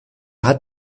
hat